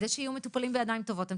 כדי שיהיו מטופלים בידיים טובות אתם